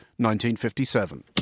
1957